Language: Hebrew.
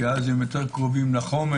כי אז הם יותר קרובים לחומר,